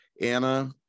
Anna